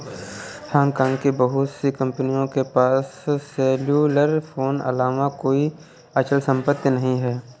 Hong Kong की बहुत सी कंपनियों के पास सेल्युलर फोन अलावा कोई अचल संपत्ति नहीं है